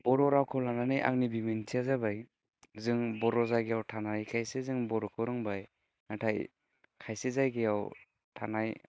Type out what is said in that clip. बर' रावखौ लानानै आंनि बिबुंथिया जाबाय जों बर' जायगायाव थानायखायसो जों बर'खौ रोंबाय नाथाय खायसे जायगायाव थानाय